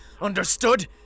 Understood